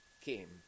came